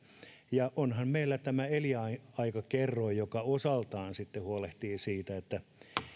ja onhan meillä tämä elinaikakerroin joka osaltaan sitten huolehtii siitä että